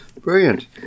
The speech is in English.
Brilliant